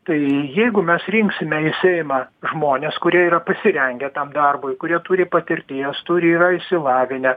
tai jeigu mes rinksime į seimą žmones kurie yra pasirengę tam darbui kurie turi patirties turi yra išsilavinę